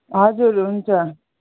हजुर हुन्छ